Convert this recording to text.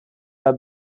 over